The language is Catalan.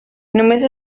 només